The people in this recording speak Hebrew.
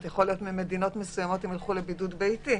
ממדינות מסוימות הם עדיין ילכו לבידוד ביתי,